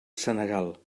senegal